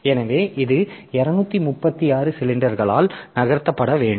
எனவே இது 236 சிலிண்டர்களால் நகர்த்தப்பட வேண்டும்